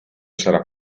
sarà